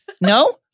No